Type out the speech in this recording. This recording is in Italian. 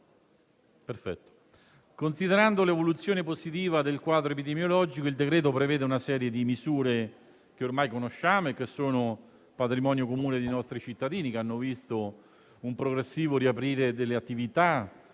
Considerando l'evoluzione positiva del quadro epidemiologico, il decreto-legge prevede una serie di misure che ormai conosciamo e che sono patrimonio comune dei nostri cittadini, che hanno visto un progressivo riaprire delle attività,